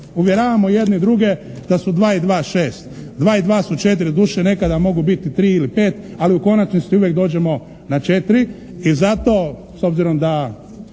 uvjeravamo jedni druge da su dva i dva šest, dva i dva su četiri, doduše nekada mogu biti tri ili pet, ali u konačnici uvijek dođemo na četiri